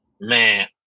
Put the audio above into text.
Man